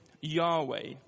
Yahweh